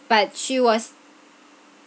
but she was